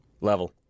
Level